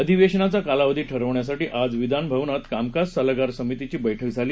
अधिवेशनाचा कालावधी ठरवण्यासाठी आज विधानभवनात कामकाज सल्लागार समितीची बैठक झाली